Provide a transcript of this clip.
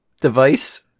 device